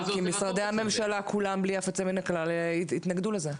כי משרדי הממשלה כולם בלי אף יוצא מן הכלל התנגדו לזה.